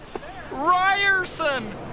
Ryerson